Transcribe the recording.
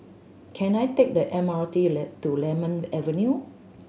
can I take the M R T to Lemon Avenue